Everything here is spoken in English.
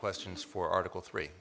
questions for article three